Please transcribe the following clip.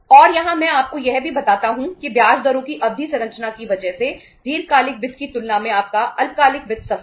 और यहां मैं आपको यह भी बताता हूं कि ब्याज दरों की अवधि संरचना की वजह से दीर्घकालिक वित्त की तुलना में आपका अल्पकालिक वित्त सस्ता है